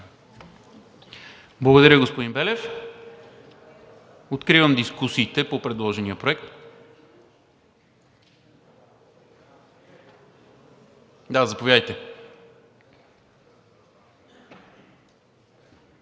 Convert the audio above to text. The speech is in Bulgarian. Благодаря, господин Белев. Откривам дискусиите по предложения проект. Заповядайте.